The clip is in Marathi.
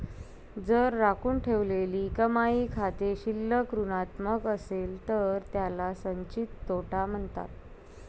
जर राखून ठेवलेली कमाई खाते शिल्लक ऋणात्मक असेल तर त्याला संचित तोटा म्हणतात